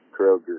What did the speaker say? Kroger